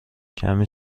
کمی